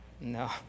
no